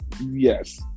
Yes